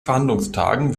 verhandlungstagen